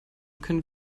können